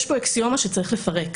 יש כאן אקסיומה שצריך לפרק.